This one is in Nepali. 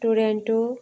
टुरेन्टो